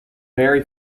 marry